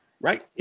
Right